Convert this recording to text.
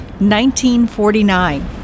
1949